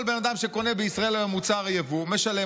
כל בן אדם שקונה בישראל היום מוצר יבוא משלם